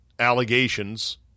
allegations